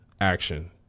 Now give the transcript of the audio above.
action